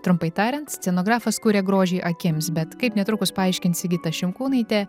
trumpai tariant scenografas kuria grožį akims bet kaip netrukus paaiškins sigita šimkūnaitė